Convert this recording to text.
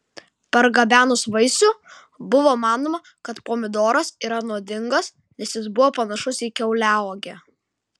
pargabenus vaisių buvo manoma kad pomidoras yra nuodingas nes jis buvo panašus į kiauliauogę